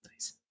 nice